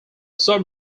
sum